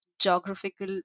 geographical